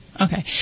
Okay